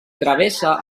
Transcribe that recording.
travessa